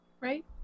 Right